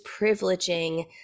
privileging